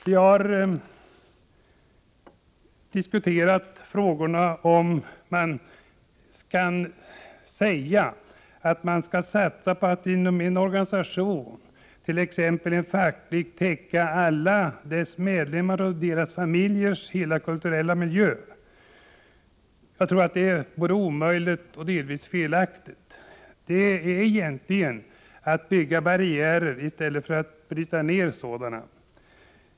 Vi har diskuterat om det är möjligt att organisationer, t.ex. av facklig typ, skulle kunna täcka alla de kulturella behov som deras medlemmar och dessas familjer har, men jag tror att detta vore både omöjligt och delvis felaktigt. Då bygger man upp barriärer i stället för att bryta ned sådana.